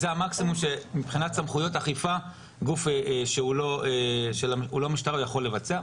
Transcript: זה המקסימום מבחינת סמכויות האכיפה שגוף שהוא לא המשטרה יכול לבצע,